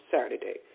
Saturday